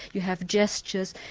you have gestures.